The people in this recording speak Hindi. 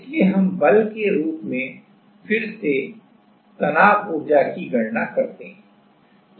इसलिए हम बल के रूप में फिर से तनाव ऊर्जा strain energy की गणना करते हैं